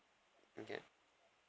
okay